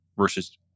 versus